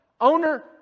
Owner